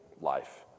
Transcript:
life